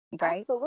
Right